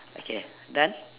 okay done